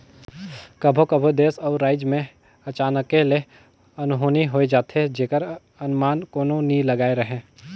कभों कभों देस अउ राएज में अचानके ले अनहोनी होए जाथे जेकर अनमान कोनो नी लगाए रहें